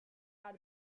out